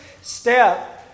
step